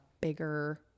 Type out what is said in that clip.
bigger